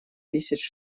тысяч